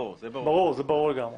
זה ברור לגמרי.